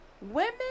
women